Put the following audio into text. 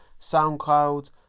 SoundCloud